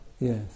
yes